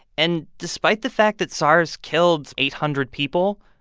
and despite the fact that sars killed eight hundred people,